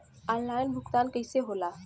Online भुगतान कईसे होला?